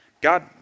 God